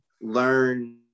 learn